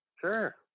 Sure